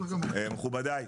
מכובדיי,